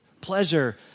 pleasure